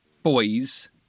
Boys